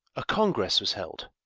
a congress was held,